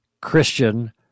Christian